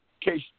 case